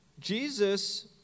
Jesus